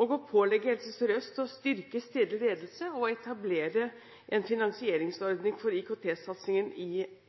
og pålegge Helse Sør-Øst å styrke stedlig ledelse og etablere en finansieringsordning for IKT-satsingen i